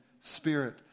spirit